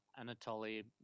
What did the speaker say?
Anatoly